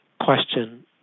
question